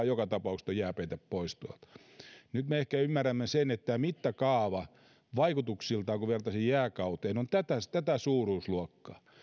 joka tapauksessa tuo jääpeite sulaa pois nyt me ehkä ymmärrämme sen että mittakaava vaikutuksiltaan kun vertasin jääkauteen on tätä tätä suuruusluokkaa